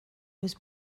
was